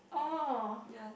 oh